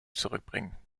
zurückbringen